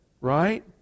right